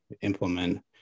implement